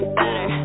better